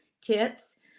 tips